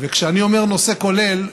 וכשאני אומר נושא כולל,